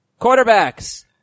Quarterbacks